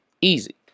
Easy